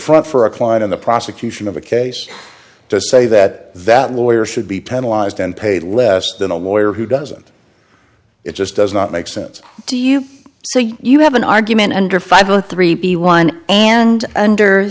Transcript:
front for a client in the prosecution of a case to say that that lawyer should be penalize and paid less than a lawyer who doesn't it just does not make sense to you so you you have an argument under five o three p one and under